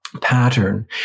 pattern